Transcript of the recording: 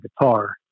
guitar